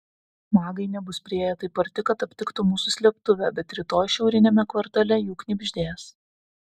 magai nebus priėję taip arti kad aptiktų mūsų slėptuvę bet rytoj šiauriniame kvartale jų knibždės